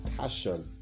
passion